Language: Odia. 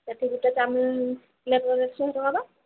ଏଠି ବି ତ ଚାଉମିନ୍ ପ୍ଲେଟ୍